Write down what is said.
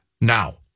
Now